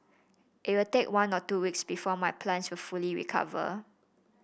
it will take one or two weeks before my plants will fully recover